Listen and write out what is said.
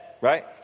Right